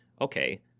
Okay